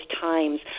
times